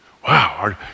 Wow